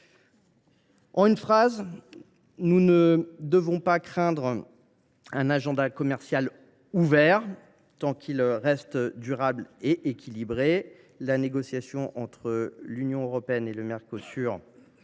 de transition. Nous ne devons pas craindre un agenda commercial ouvert tant qu’il reste durable et équilibré ! La négociation entre l’Union européenne et le Mercosur